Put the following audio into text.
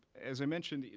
as i mentioned,